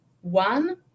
one